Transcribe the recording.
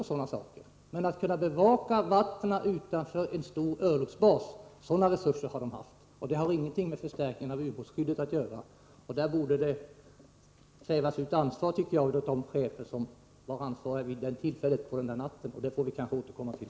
Men sådana resurser att de skulle kunna bevaka vattnen utanför en stor örlogsbas har de i alla fall haft. Detta har ingenting med förstärkningen av ubåtsskyddet att göra, och där borde det utkrävas ansvar, tycker jag, av de chefer som var ansvariga vid det aktuella tillfället denna natt. Det får vi kanske återkomma till.